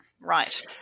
Right